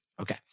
Okay